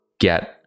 get